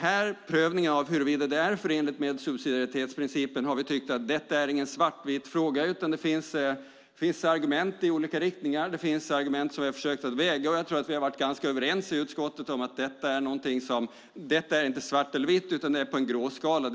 Vid prövningen av huruvida det är förenligt med subsidiaritetsprincipen har vi tyckt att detta inte är någon svartvit fråga. Det finns argument i olika riktningar som vi har försökt att väga mot varandra, och jag tror att vi har varit ganska överens i utskottet om att detta inte är svart eller vitt, utan på en gråskala.